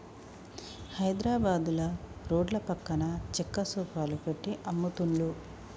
హైద్రాబాదుల రోడ్ల పక్కన చెక్క సోఫాలు పెట్టి అమ్ముతున్లు